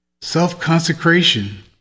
self-consecration